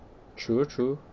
true true